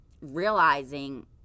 realizing